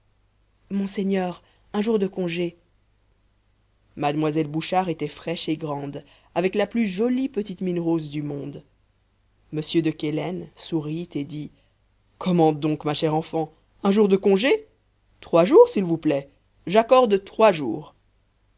monseigneur un jour de congé mademoiselle bouchard était fraîche et grande avec la plus jolie petite mine rose du monde mr de quélen sourit et dit comment donc ma chère enfant un jour de congé trois jours s'il vous plaît j'accorde trois jours